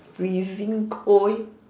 freezing cold